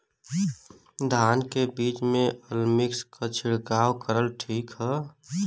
धान के बिज में अलमिक्स क छिड़काव करल ठीक ह?